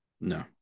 No